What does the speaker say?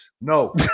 No